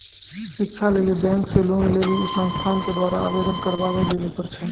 शिक्षा लेली बैंक से लोन लेली उ संस्थान के द्वारा आवेदन करबाबै लेली पर छै?